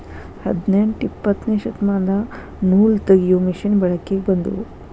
ಹದನೆಂಟ ಇಪ್ಪತ್ತನೆ ಶತಮಾನದಾಗ ನೂಲತಗಿಯು ಮಿಷನ್ ಬೆಳಕಿಗೆ ಬಂದುವ